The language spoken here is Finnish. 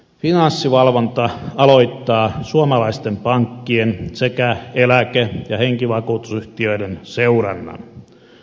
finanssivalvonta aloittaa suomalaisten pankkien sekä eläke ja henkivakuutusyhtiöiden seurannan